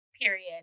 period